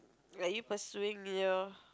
are you pursuing your